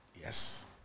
yes